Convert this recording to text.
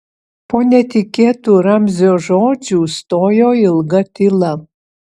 po netikėtų ramzio žodžių stojo ilga tyla